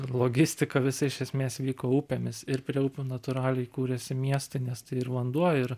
ir logistika visa iš esmės vyko upėmis ir prie upių natūraliai kūrėsi miestai nes tai ir vanduo ir